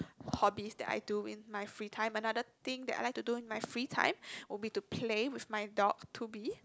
hobbies that I do in my free time another thing that I like to do in my free time will be to play with my dog Toby